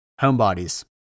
homebodies